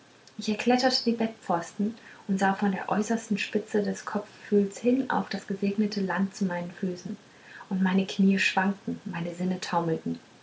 ich erkletterte die bettpfosten und sah von der äußersten spitze des kopfpfühles hin auf das gesegnete land zu meinen füßen und meine knie schwankten meine sinne taumelten